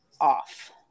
off